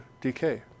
decay